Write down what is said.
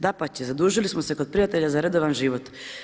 Dapače zadužili smo s kod prijatelja za redovan život.